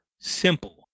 Simple